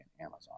Amazon